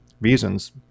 reasons